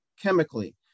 chemically